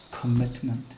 commitment